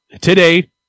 Today